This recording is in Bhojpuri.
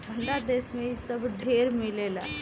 ठंडा देश मे इ सब ढेर मिलेला